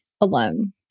alone